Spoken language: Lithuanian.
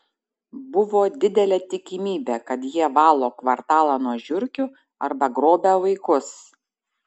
buvo didelė tikimybė kad jie valo kvartalą nuo žiurkių arba grobia vaikus